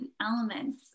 elements